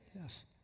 Yes